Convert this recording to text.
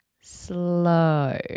slow